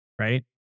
Right